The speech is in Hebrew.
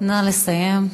נא לסיים.